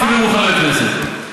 מתחמק לגמרי.